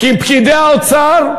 כי פקידי האוצר,